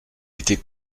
était